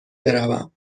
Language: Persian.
بروم